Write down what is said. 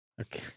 Okay